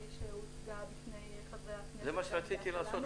שהוצגה בפני חברי הכנסת --- זה מה שרציתי לעשות,